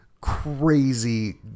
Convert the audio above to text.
crazy